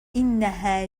إنها